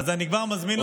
אז אני כבר מזמין אותך,